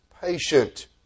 patient